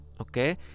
okay